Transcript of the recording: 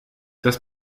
das